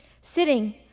sitting